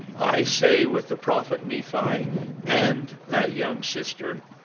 i say with the prophet nephi and that young sister